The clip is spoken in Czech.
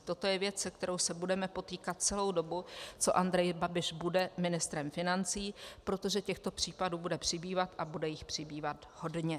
Toto je věc, s kterou se budeme potýkat celou dobu, co Andrej Babiš bude ministrem financí, protože těchto případů bude přibývat a bude jich přibývat hodně.